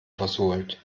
versohlt